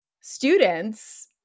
students